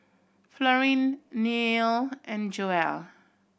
Florine Neil and Joel